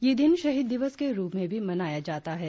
यह दिन शहीद दिवस के रुप में भी मनाया जाता है